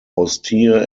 austere